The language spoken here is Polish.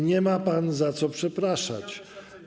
Nie ma pan za co przepraszać.